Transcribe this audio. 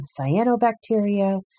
cyanobacteria